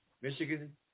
Michigan